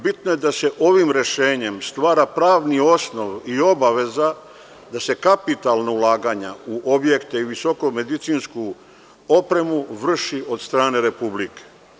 Bitno je da se ovim rešenjem stvara pravni osnov i obaveza da se kapitalna ulaganja u objekte i visokomedicinsku opremu vrši od strane republike.